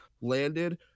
landed